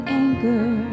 anger